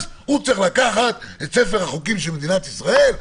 אז הוא צריך לקחת את ספר החוקים של מדינת ישראל,